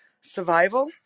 survival